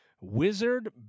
Wizard